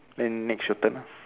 then next your turn